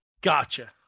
Gotcha